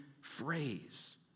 phrase